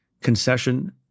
concession